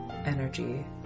energy